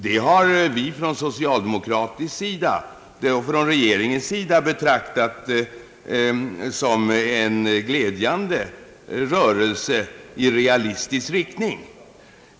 Detta har vi från socialdemokratisk och från regeringens sida betraktat som en glädjande rörelse i realistisk riktning.